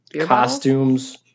costumes